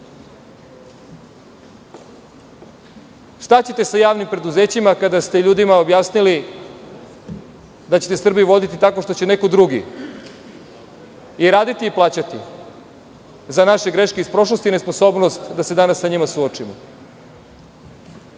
Šta ćete sa javnim preduzećima kada ste ljudima objasnili da ćete Srbiju voditi tako što će neko drugi i raditi i plaćati za naše greške iz prošlosti i nesposobnost da se danas sa njima suočimo? Ne